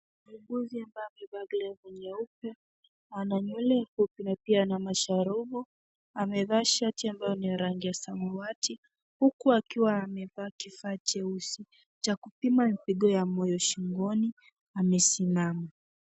Muuguzi ambaye mevaa glavu nyeupe. Ana nywele fupi na pia ana mashurubu. Amevaa shati ambayo ni ya rangi ya samawati huku akiwa amevaa kifaa cheusi cha kupima pigo ya moyo shingoni, amesimama.